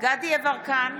דסטה גדי יברקן,